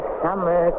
summer